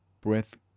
Breath